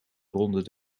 ronde